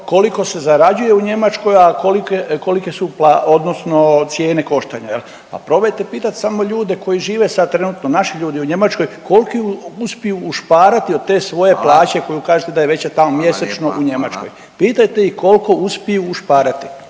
koliko se zarađuje u Njemačkoj, a kolike su cijene koštanja. Pa probajte pitat samo ljude koji žive sad trenutno naši ljudi u Njemačkoj koliko uspiju ušparati od te svoje …/Upadica Radin: Hvala./… plaće koju kažete da je veća tamo …/Upadica Radin: Hvala lijepa./… mjesečno u Njemačkoj. Pitajte ih koliko uspiju ušparati.